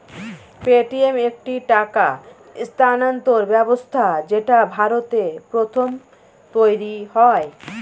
Paytm একটি টাকা স্থানান্তর ব্যবস্থা যেটা ভারতে প্রথম তৈরী হয়